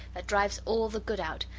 that drives all the good out,